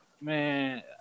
Man